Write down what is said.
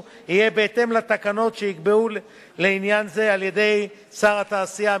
יהיה בהתאם לתקנות שייקבעו לעניין זה על-ידי שר התעשייה,